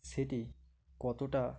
সেটি কতটা